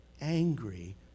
angry